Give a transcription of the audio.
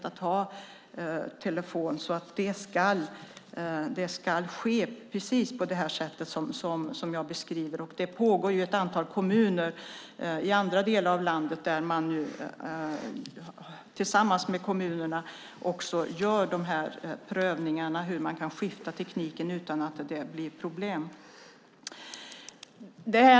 Att ha telefon är en rättighet. I ett antal kommuner gör man försök för att se hur man kan skifta teknik utan att det blir problem.